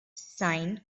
sine